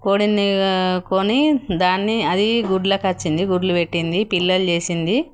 కోడిని కొని దాన్ని అది గుడ్లకి వచ్చింది గుడ్లు పెట్టింది పిల్లలు చేసింది